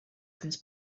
comes